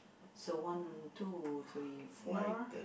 so one two three four